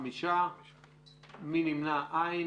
5 לא אושרה.